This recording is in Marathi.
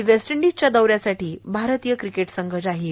आणि वेस्टइंडिजच्या दौ यासाठी भारतीय क्रिकेट संघ जाहीर